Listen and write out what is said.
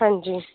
ਹਾਂਜੀ